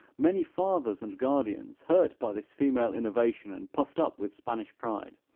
many fathers and guardians, hurt by this female innovation, and puffed up with spanish pride,